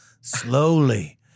Slowly